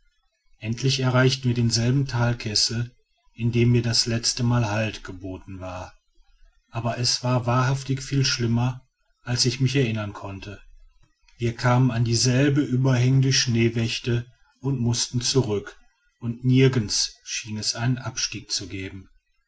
endlich erreichten wir denselben talkessel in dem mir das letzte mal halt geboten war aber es war wahrhaftig viel schlimmer als ich mich erinnern konnte wir kamen an dieselbe überhängende schneewächte und mußten zurück und nirgends schien es einen abstieg zu geben